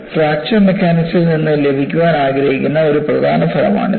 fracture മെക്കാനിക്സിൽ നിന്ന് ലഭിക്കാൻ ആഗ്രഹിക്കുന്ന ഒരു പ്രധാന ഫലമാണിത്